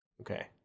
Okay